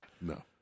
No